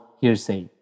hearsay